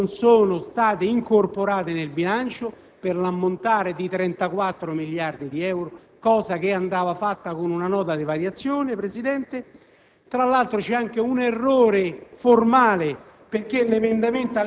che si collega anche alla vicenda delle entrate che non sono state incorporate nel bilancio per l'ammontare di 34 miliardi di euro (operazione che andava fatta con una Nota di variazioni).